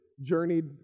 journeyed